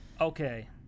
Okay